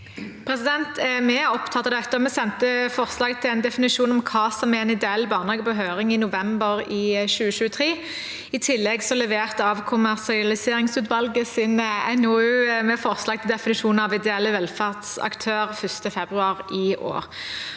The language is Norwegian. Vi er opp- tatt av dette, og vi sendte forslag til en definisjon av hva som er en ideell barnehage, på høring i november i 2023. I tillegg leverte avkommersialiseringsutvalget sin NOU med forslag til definisjon av ideelle velferdsaktører 1. februar i år.